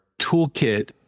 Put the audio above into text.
toolkit